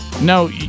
no